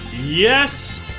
Yes